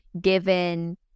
given